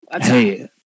hey